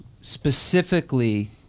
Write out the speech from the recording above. specifically